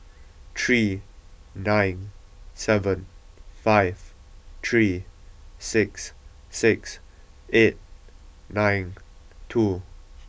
three nine seven five three sis six eight nine two